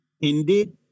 Indeed